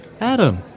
Adam